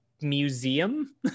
museum